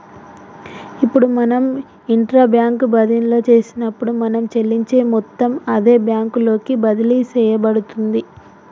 ఇప్పుడు మనం intra bank బదిన్లో చేసినప్పుడు మనం చెల్లించే మొత్తం అదే బ్యాంకు లోకి బదిలి సేయబడుతుంది